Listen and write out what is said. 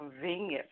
convenient